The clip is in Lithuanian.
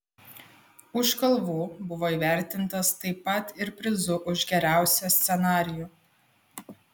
už kalvų buvo įvertintas taip pat ir prizu už geriausią scenarijų